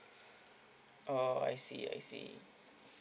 oh I see I see